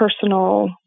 personal